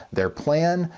their plan,